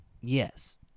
Yes